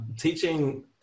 teaching